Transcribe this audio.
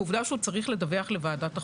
מסודר, והוועדה תחליט.